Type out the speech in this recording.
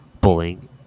bullying